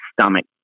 stomach